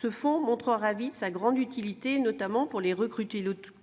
Ce fonds montrera vite sa grande utilité, notamment pour les recrutés locaux